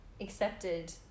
accepted